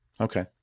Okay